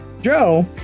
Joe